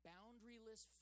Boundaryless